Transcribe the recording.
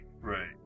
right